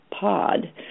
pod